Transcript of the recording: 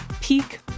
peak